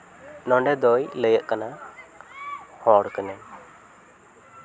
ᱱᱚᱸᱰᱮ ᱫᱚᱭ ᱞᱟᱹᱭᱟᱹᱜ ᱠᱟᱱᱟ ᱦᱚᱲ ᱠᱟᱹᱱᱟᱹᱧ